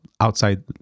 outside